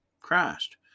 Christ